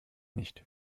nicht